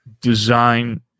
design